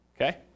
Okay